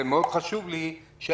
חשוב לי מאוד,